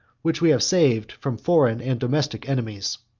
which we have saved from foreign and domestic enemies.